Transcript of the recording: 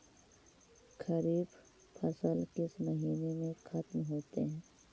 खरिफ फसल किस महीने में ख़त्म होते हैं?